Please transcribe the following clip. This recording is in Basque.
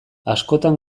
askotan